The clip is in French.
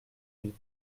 huit